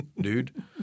dude